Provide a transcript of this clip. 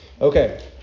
Okay